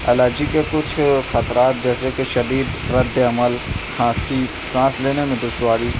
allergy کے کچھ خطرات جیسے کہ شدید رد عمل کھانسی سانس لینے میں دشواری